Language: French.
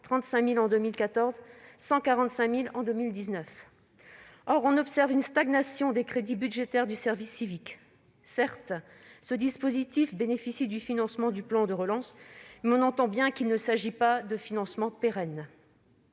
35 000 en 2014 à 145 000 en 2019. Or on observe une stagnation de ses crédits budgétaires. Certes, ce dispositif bénéficie du financement du plan de relance, mais on entend bien qu'il ne s'agit pas de financements pérennes.